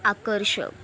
आकर्षक